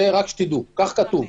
כך כתוב.